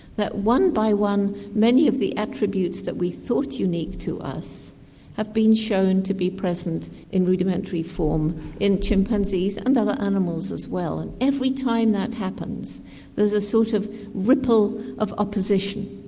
that one by one many of the attributes that we thought unique to us have been shown to be present in rudimentary form in chimpanzees and other animals as well. and every time that happens there's a sort of ripple of opposition,